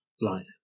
life